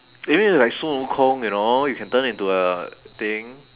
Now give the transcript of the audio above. maybe it's like sun wu kong you know you can turn into a thing